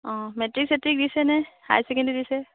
অ' matric ছেট্ৰিক দিছে নে হাই ছেকেণ্ডেৰী দিছে